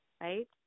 Right